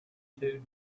two